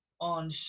on